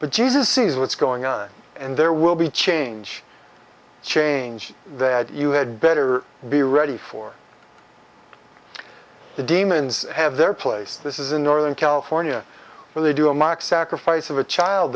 jesus sees what's going on and there will be change change that you had better be ready for the demons have their place this is in northern california where they do a mock sacrifice of a child